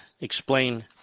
explain